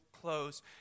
close